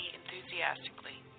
enthusiastically